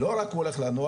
ולא רק הוא הולך לנוער,